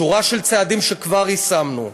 שורת צעדים שכבר יישמנו,